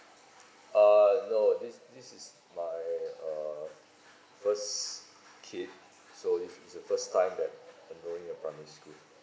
uh no this this is my uh first kid so it's it's the first time that enroling to primary school